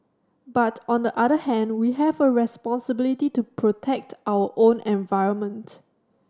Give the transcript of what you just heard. but on the other hand we have a responsibility to protect our own environment